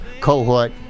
cohort